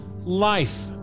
life